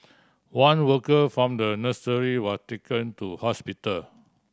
one worker from the nursery was taken to hospital